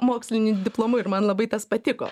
moksliniu diplomu ir man labai tas patiko